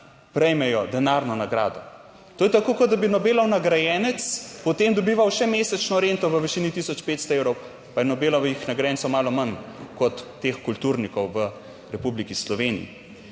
prejmejo denarno nagrado, to je tako, kot da bi Nobelov nagrajenec potem dobival še mesečno rento v višini tisoč 500 evrov, pa je Nobelovih nagrajencev malo manj kot teh kulturnikov v Republiki Sloveniji